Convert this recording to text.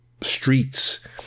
streets